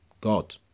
God